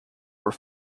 were